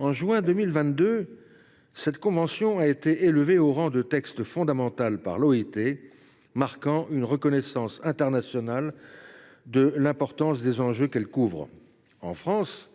de juin 2022, elle a été élevée au rang de texte fondamental par l’OIT, marquant une reconnaissance internationale de l’importance des enjeux qu’elle couvre. En France,